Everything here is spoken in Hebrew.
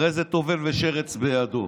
הרי זה טובל ושרץ בידו.